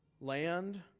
land